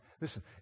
listen